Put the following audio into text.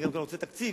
אני גם רוצה תקציב,